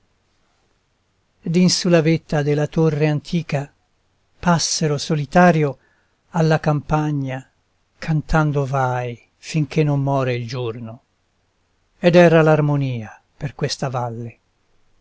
d'in su la vetta della torre antica passero solitario alla campagna cantando vai finché non more il giorno ed erra l'armonia per questa valle